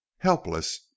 helpless